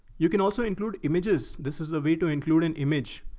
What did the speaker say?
you can also include images. this is a way to include an image.